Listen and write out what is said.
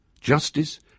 justice